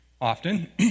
often